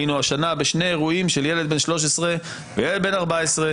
היינו השנה בשני אירועים של ילד בן 13 וילד בן 14,